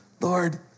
Lord